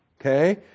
okay